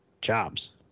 jobs